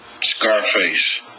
Scarface